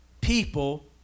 people